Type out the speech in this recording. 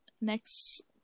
next